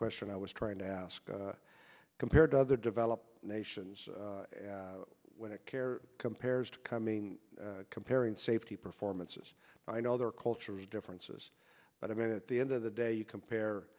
question i was trying to ask compared to other developed nations when it care compares to coming comparing safety performance is i know there are cultural differences but i mean at the end of the day you compare